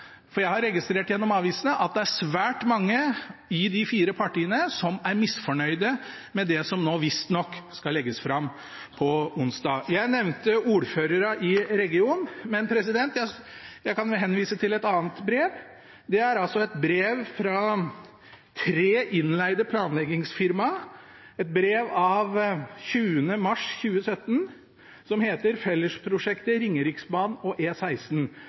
de fire partiene som er misfornøyd med det som nå visstnok skal legges fram på onsdag. Jeg nevnte ordførerne i regionen, men jeg kan jo henvise til et annet brev. Det er et brev fra tre innleide planleggingsfirma, et brev av 20. mars 2017, der det heter: «Fellesprosjektet Ringeriksbanen og